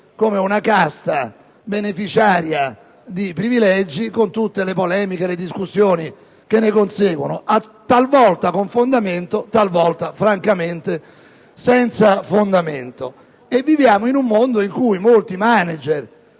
come una casta beneficiaria di privilegi, con tutte le polemiche e le discussioni che ne conseguono, talvolta con fondamento, talaltra francamente senza, e viviamo in un mondo in cui molti manager